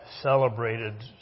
celebrated